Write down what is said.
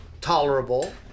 tolerable